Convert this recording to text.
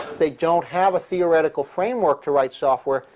they don't have theoretical framework to write software,